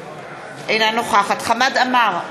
אינו נוכח רחל עזריה, אינה נוכחת חמד עמאר,